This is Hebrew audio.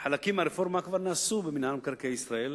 חלקים מהרפורמה כבר נעשו במינהל מקרקעי ישראל,